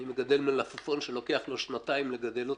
אני מגדל מלפפון שלוקח לו שנתיים לגדל אותו,